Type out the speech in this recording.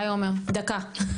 הי עומר, דקה.